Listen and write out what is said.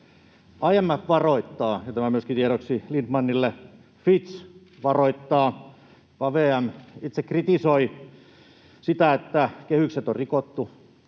IMF varoittaa — ja tämä myöskin tiedoksi Lindtmanille —, Fitch varoittaa, ja VM itse kritisoi sitä, että kehykset on rikottu.